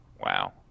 wow